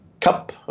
Cup